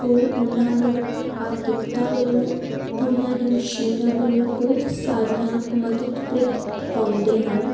ਉਹ ਉਨ੍ਹਾਂ ਨੂੰ ਆਰਥਿਕਤਾ ਵਲੋਂ ਉਨ੍ਹਾਂ ਦੀ ਮਸ਼ੀਨਾਂ ਵਲੋਂ ਬਹੁਤ ਸਾਰੀਆਂ ਮਦਦ ਪ੍ਰਦ ਪਾਉਂਦੇ ਹਨ